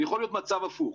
ויכול להיות מצב הפוך.